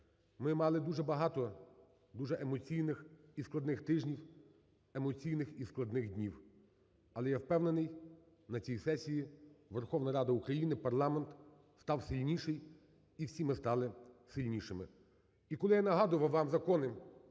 Ми мали дуже багато дуже емоційних і складних тижнів, емоційних і складних днів. Але я впевнений на цій сесії Верховна Рада України, парламент став сильнішим і всі ми стали сильнішими. І коли я нагадував вам Закони